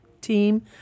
team